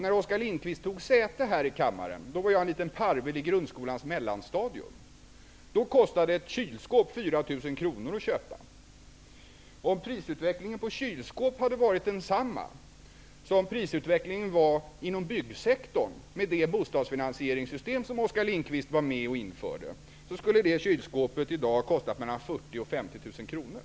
När Oskar Lindkvist tog säte här i kammaren var jag en liten parvel i grundskolans mellanstadium. Då kostade ett kylskåp 4 000 kronor. Om prisutvecklingen på kylskåp hade varit densamma som prisutvecklingen var inom byggsektorn med det bostadsfinansieringssystem som Oskar Lindkvist var med om att införa skulle det kylskåpet i dag kosta mellan 40 000 och 50 000 kronor.